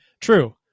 True